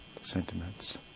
sentiments